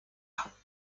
pas